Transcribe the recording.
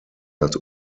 als